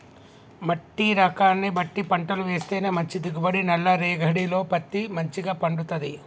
మట్టి రకాన్ని బట్టి పంటలు వేస్తేనే మంచి దిగుబడి, నల్ల రేగఢీలో పత్తి మంచిగ పండుతది